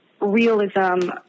realism